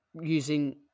using –